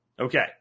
Okay